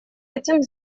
этим